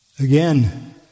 Again